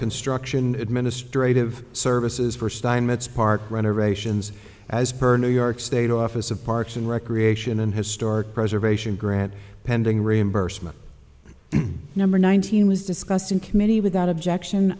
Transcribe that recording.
construction administrative services for steinmetz park renovations as per new york state office of parks and recreation and historic preservation grant pending reimbursement number nineteen was discussed in committee without objection